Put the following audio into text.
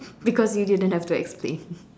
because you didn't have to explain